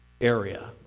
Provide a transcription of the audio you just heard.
area